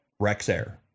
Rexair